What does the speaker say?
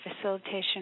facilitation